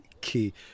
key